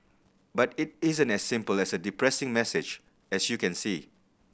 but it isn't as simple as a depressing message as you can see